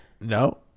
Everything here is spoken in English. No